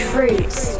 Fruits